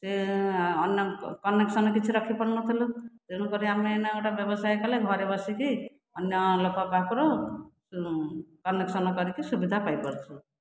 ସେ ଅନ୍ୟ କନେକ୍ସନ କିଛି ରଖିପାରୁ ନଥିଲୁ ତେଣୁକରି ଆମେ ଏବେ ଗୋଟିଏ ବ୍ୟବସାୟ କଲେ ଘରେ ବସି କରି ଅନ୍ୟ ଲୋକ ପାଖରୁ କନେକ୍ସନ କରିକି ସୁବିଧା ପାଇ ପାରୁଛୁ